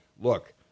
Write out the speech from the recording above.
look—